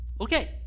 Okay